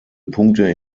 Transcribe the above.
punkte